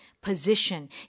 position